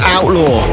Outlaw